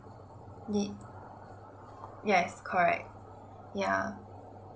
ye~ yes correct yeah